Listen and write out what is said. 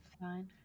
fine